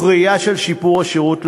מתוך ראייה של שיפור השירות לאזרח,